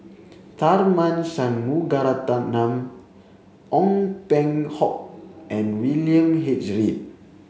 Tharman Shanmugaratnam Ong Peng Hock and William H Read